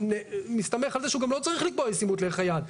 הוא מסתמך על זה שהוא גם לא צריך לקבוע ישימות לערך היעד.